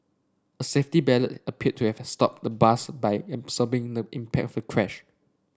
a safety appeared to have stopped the bus by absorbing the impact of the crash